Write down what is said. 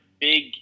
big